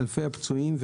אלפי הפצועים,